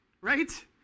right